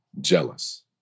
jealous